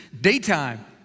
daytime